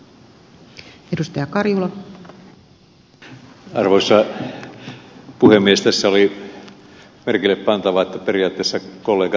tässä oli merkille pantavaa että periaatteessa kollega ed